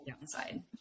downside